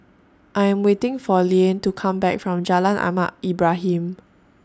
I Am waiting For Liane to Come Back from Jalan Ahmad Ibrahim